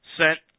sent